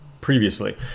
previously